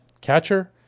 Catcher